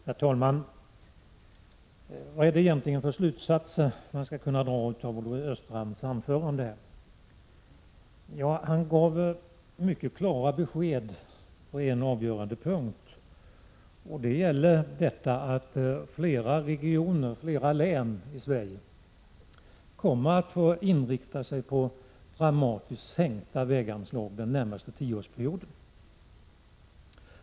Herr talman! Vilka slutsatser skall man egentligen kunna dra av Olle Östrands anförande? Han gav mycket klara besked på en avgörande punkt, nämligen att flera regioner och län i Sverige kommer att få inrikta sig på dramatiskt sänkta väganslag under den närmaste tioårsperioden.